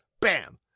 bam